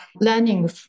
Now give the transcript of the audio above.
learning